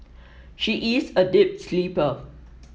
she is a deep sleeper